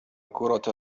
كرة